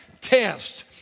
test